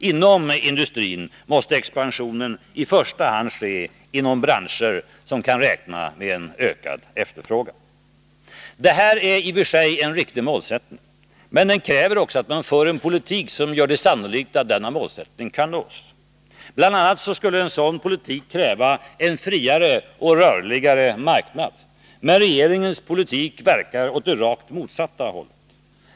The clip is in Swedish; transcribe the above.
Inom industrin måste expansionen i första hand ske inom branscher som kan räkna med ökad efterfrågan. Detta är i och för sig en riktig målsättning. Men det kräver också att man för en politik som gör det sannolikt att denna målsättning kan nås. Bl. a. skulle en sådan politik kräva en friare och rörligare marknad. Men regeringens politik verkar åt det rakt motsatta hållet.